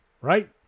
right